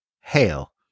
hail